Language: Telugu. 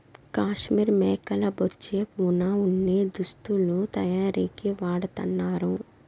కాశ్మీర్ మేకల బొచ్చే వున ఉన్ని దుస్తులు తయారీకి వాడతన్నారు